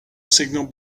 signal